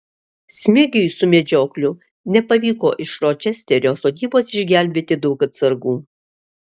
smigiui su medžiokliu nepavyko iš ročesterio sodybos išgelbėti daug atsargų